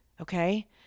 okay